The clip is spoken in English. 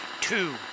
Two